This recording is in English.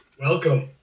Welcome